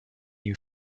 you